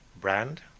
brand